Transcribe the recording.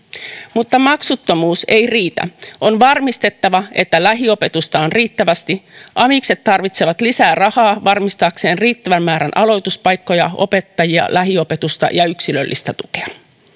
mutta maksuttomuus ei riitä on varmistettava että lähiopetusta on riittävästi amikset tarvitsevat lisää rahaa varmistaakseen riittävän määrän aloituspaikkoja opettajia lähiopetusta ja yksilöllistä tukea